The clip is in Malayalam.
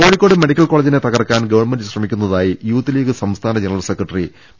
കോഴിക്കോട് മെഡിക്കൽ കോളേജിനെ തകർക്കാൻ ഗവൺമെന്റ് ശ്രമിക്കുന്നതായി യൂത്ത് ലീഗ് സംസ്ഥാന ജനറൽ സെക്രട്ടറി പി